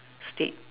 state